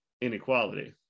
inequality